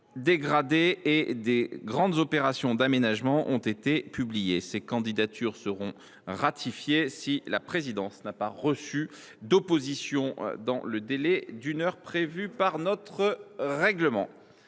dégradé et des grandes opérations d’aménagement ont été publiées. Ces candidatures seront ratifiées si la présidence n’a pas reçu d’opposition dans le délai d’une heure prévu par notre règlement.